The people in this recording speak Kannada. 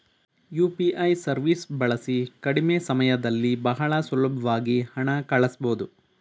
ಯು.ಪಿ.ಐ ಸವೀಸ್ ಬಳಸಿ ಕಡಿಮೆ ಸಮಯದಲ್ಲಿ ಬಹಳ ಸುಲಬ್ವಾಗಿ ಹಣ ಕಳಸ್ಬೊದು